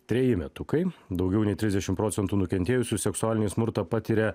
treji metukai daugiau nei trisdešimt procentų nukentėjusių seksualinį smurtą patiria